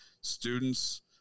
students